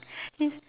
yes